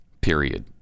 period